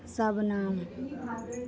सब नाम